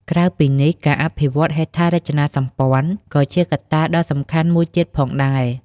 ក្រៅពីនេះ ការអភិវឌ្ឍហេដ្ឋារចនាសម្ព័ន្ធ ក៏ជាកត្តាដ៏សំខាន់មួយទៀតផងដែរ។